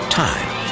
time